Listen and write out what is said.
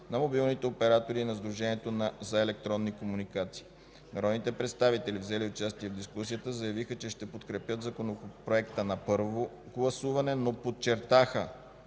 на мобилните оператори и на Сдружението за електронни комуникации. Народните представители, взели участие в дискусията, заявиха, че ще подкрепят Законопроекта на първо гласуване, но подчертаха